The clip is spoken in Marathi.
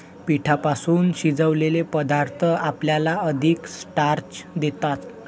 पिठापासून शिजवलेले पदार्थ आपल्याला अधिक स्टार्च देतात